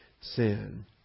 sin